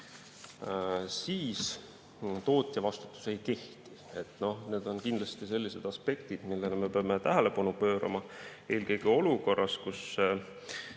siis tootjavastutus ei kehti. Noh, need on kindlasti sellised aspektid, millele me peame tähelepanu pöörama, eelkõige olukorras, kus